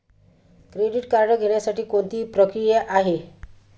Credit card घेण्यासाठी कोणती प्रक्रिया आहे?